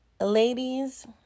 Ladies